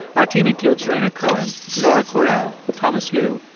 our team includes rhaina cohen, laura kwerel, thomas lu,